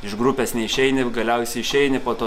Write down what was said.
iš grupės neišeini galiausiai išeini po to